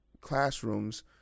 classrooms